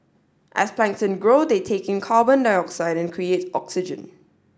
as plankton grow they take in carbon dioxide and create oxygen